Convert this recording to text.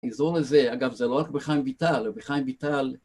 האיזון הזה, אגב זה לא רק בחיים ויטל, בחיים ויטל